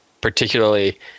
particularly